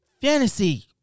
fantasy